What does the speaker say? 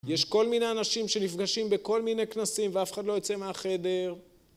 יש כל מיני אנשים שנפגשים בכל מיני כנסים ואף אחד לא יוצא מהחדר